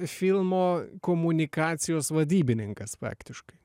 filmo komunikacijos vadybininkas faktiškai